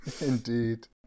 Indeed